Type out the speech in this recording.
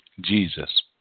Jesus